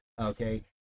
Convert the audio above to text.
Okay